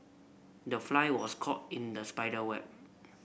the fly was caught in the spider web